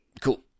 Cool